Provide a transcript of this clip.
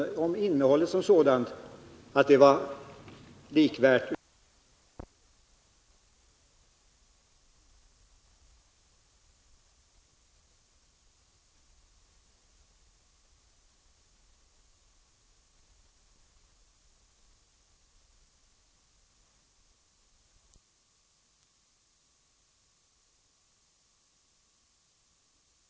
Jag tror att den formulering som utskottsmajoriteten använt i sitt betänkande — den kunde gärna ha varit något ytterligare genomarbetad, men det är för sent att göra en sådan ändring nu — har samma effekt i genomförandet.